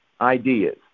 ideas